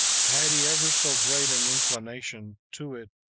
had he ever so great an inclination to it,